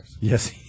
Yes